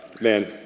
man